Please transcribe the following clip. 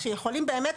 שיכולים באמת.